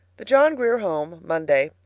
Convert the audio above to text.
the john grier home, monday.